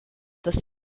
das